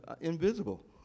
invisible